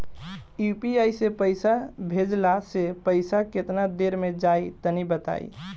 UPI से पईसा भेजलाऽ से पईसा केतना देर मे जाई तनि बताई?